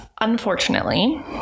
unfortunately